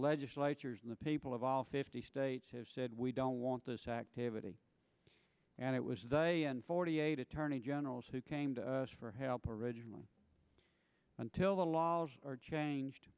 legislatures and the people of all fifty states have said we don't want this activity and it was a day and forty eight attorney generals who came to us for help originally until the law was changed